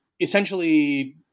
essentially